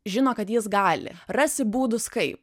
žino kad jis gali rasti būdus kaip